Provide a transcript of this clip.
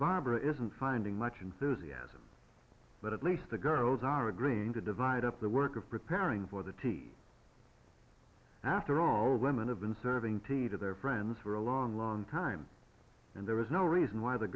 bobber isn't finding much enthusiasm but at least the girls are agreeing to divide up the work of preparing for the tea after all women have been serving tea to their friends for a long long time and there is no reason why the